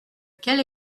quelle